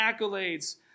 accolades